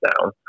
down